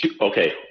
Okay